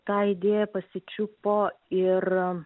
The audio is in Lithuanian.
tą idėją pasičiupo ir